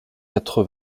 quatre